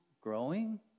growing